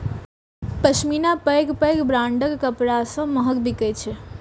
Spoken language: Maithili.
पश्मीना पैघ पैघ ब्रांडक कपड़ा सं महग बिकै छै